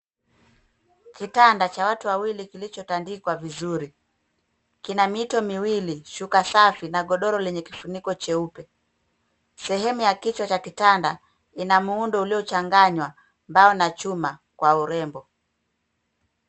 Kitanda cha watu wawili kilichotandikwa vizuri. Kina mito miwili, shuka safi na godoro lenye kifuniko cheupe. Sehemu ya kichwa cha kitanda ina muundo uliochanganywa mbao na chuma kwa urembo.